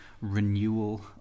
renewal